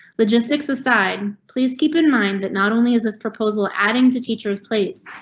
logistics aside, please keep in mind that not only is this proposal adding to teachers place,